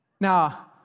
Now